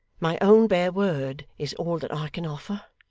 my own bare word is all that i can offer.